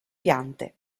piante